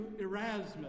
Erasmus